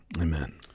Amen